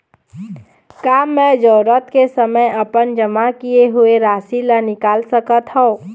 का मैं जरूरत के समय अपन जमा किए हुए राशि ला निकाल सकत हव?